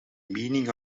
meaning